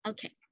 Okay